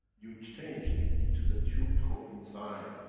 you change into the tube to go inside.